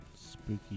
Spooky